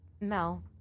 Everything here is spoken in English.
Mel